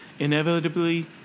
Inevitably